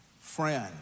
Friend